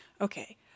Okay